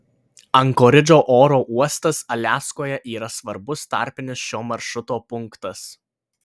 ankoridžo oro uostas aliaskoje yra svarbus tarpinis šio maršruto punktas